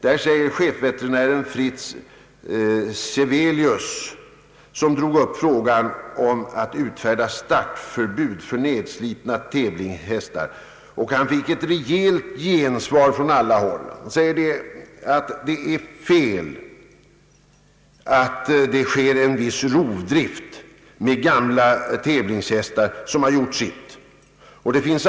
Där sade chefsveterinären Fritz Sevelius, som drog upp frågan om det önskvärda i att utfärda startförbud för nedslitna tävlingshästar — och han fick rejält gensvar från alla håll — att det sker en viss rovdrift med gamla tävlingshästar som har gjort sitt.